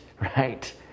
right